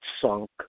sunk